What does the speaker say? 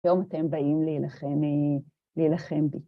היום אתם באים להילחם... להילחם בי.